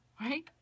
Right